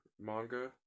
manga